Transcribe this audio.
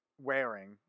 wearing